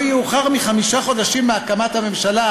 לא יאוחר מחמישה חודשים מהקמת הממשלה.